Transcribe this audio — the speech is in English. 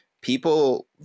people